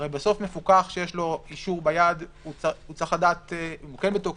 הרי בסוף מפוקח שיש לו אישור ביד צריך לדעת אם הוא כן בתוקף,